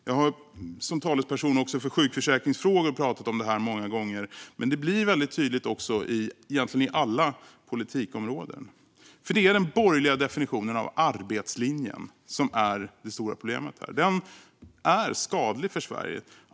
Jag har som talesperson för sjukförsäkringsfrågor pratat om detta många gånger, men det blir väldigt tydligt på egentligen alla politikområden: Det är den borgerliga definitionen av arbetslinjen som är det stora problemet. Den är skadlig för Sverige.